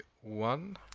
one